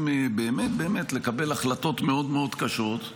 באמת באמת לקבל החלטות מאוד מאוד קשות,